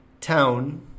town